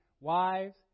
wives